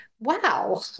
Wow